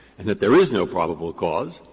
and that there is no probable cause,